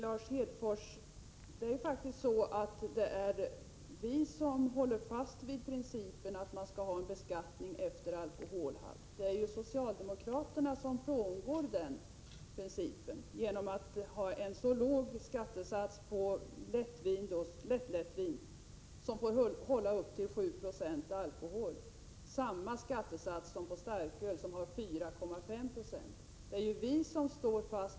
Herr talman! Det är vi, Lars Hedfors, som håller fast vid principen beskattning efter alkoholhalt. Socialdemokraterna frångår den principen genom att föreslå en så låg skattesats på detta lättlättvin, som får ha en alkoholstyrka om högst 7 volymprocent. Skattesatsen är densamma som på starköl med en alkoholstyrka om 4,5 volymprocent.